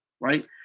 right